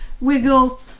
wiggle